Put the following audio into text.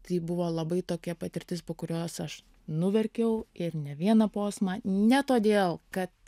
tai buvo labai tokia patirtis po kurios aš nuverkiau ir ne vieną posmą ne todėl kad